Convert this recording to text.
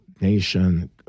nation